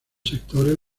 sectores